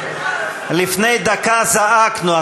לפני דקה זעקנו,